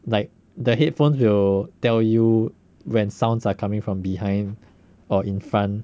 like the headphones will tell you when sounds are coming from behind or in front